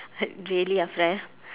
really afar